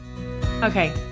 Okay